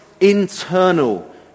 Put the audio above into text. internal